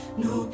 no